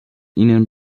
ihnen